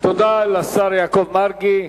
תודה לשר יעקב מרגי.